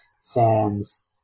Fans